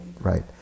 right